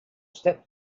stepped